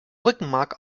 rückenmark